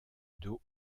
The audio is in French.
dos